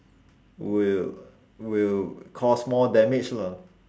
will will cause more damage lah